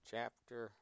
Chapter